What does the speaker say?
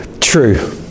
true